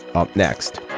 up next